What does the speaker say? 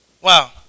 Wow